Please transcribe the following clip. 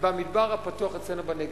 במדבר הפתוח אצלנו בנגב.